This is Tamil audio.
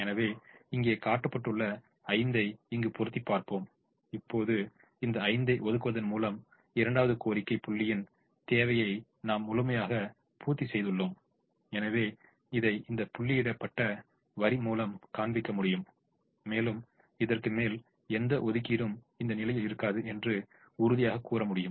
எனவே இங்கே காட்டப்பட்டுள்ள 5 ஐ இங்கு பொருத்தி பார்ப்போம் இப்போது இந்த 5 ஐ ஒதுக்குவதன் மூலம் இரண்டாவது கோரிக்கை புள்ளியின் தேவையை நாம் முழுமையாக பூர்த்தி செய்துள்ளோம் எனவே இதை இந்த புள்ளியிடப்பட்ட வரி மூலம் காண்பிக்க முடியும் மேலும் இதற்குமேல் எந்த ஒதுக்கீடும் இந்த நிலையில் இருக்காது என்று உறுதியாக கூற முடியும்